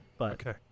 Okay